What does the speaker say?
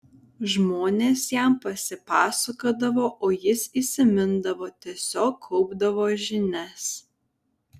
žmonės jam pasipasakodavo o jis įsimindavo tiesiog kaupdavo žinias